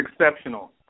exceptional